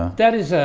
um that is ah,